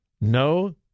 No